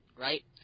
right